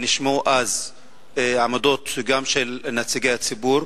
נשמעו אז עמדות, גם של נציגי הציבור,